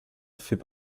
fait